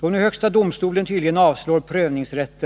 Då nu högsta domstolen tydligen avslår prövningsrätt,